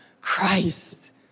Christ